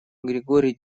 григорий